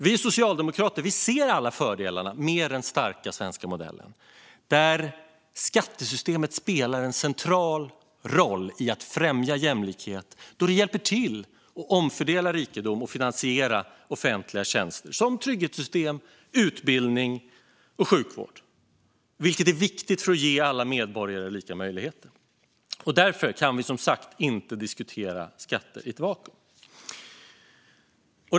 Vi socialdemokrater ser alla fördelarna med den starka svenska modellen, där skattesystemet spelar en central roll i att främja jämlikhet genom att hjälpa till att omfördela rikedom och finansiera offentliga tjänster som trygghetssystem, utbildning och sjukvård - vilket är viktigt för att ge alla medborgare lika möjligheter. Därför kan vi som sagt inte diskutera skatter i ett vakuum.